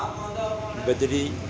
ਬਜਰੀ